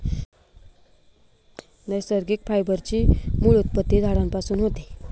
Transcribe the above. नैसर्गिक फायबर ची मूळ उत्पत्ती झाडांपासून होते